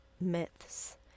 myths